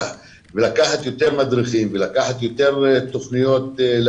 ולקחת יותר מדריכים ולהפעיל יותר תוכניות.